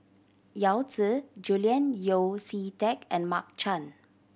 Yao Zi Julian Yeo See Teck and Mark Chan